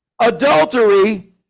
Adultery